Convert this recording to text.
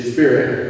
Spirit